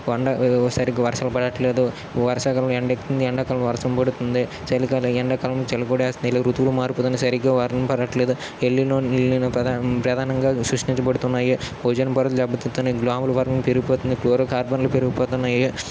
వండ సరిగ్గా వర్షం పడట్లేదు వర్షా కాలంలో ఎండ ఎక్కువ అవుతుంది ఎండకాలంలో వర్షం పడుతుంది చలికాలం ఎండకాలం చలి కూడా వేస్తుంది ఇలా ఋతువులు మార్పు వలన సరిగ్గా వర్షం పడట్లేదు ఎల్లిన ఎల్లినంతల ప్రధానంగా సృష్టించ బడుతున్నాయి ఓజోన్ పోరలు దెబ్బ తింటున్నాయి గ్లోబల్ వార్మింగ్ పెరిగిపోతున్నాయి క్లోరో కార్బన్లు పెరిగిపోతున్నాయి